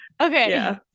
Okay